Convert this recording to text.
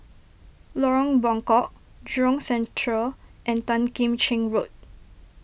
Lorong Buangkok Jurong Central and Tan Kim Cheng Road